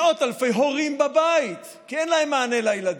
מאות אלפי הורים בבית כי אין להם מענה לילדים?